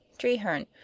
treherne.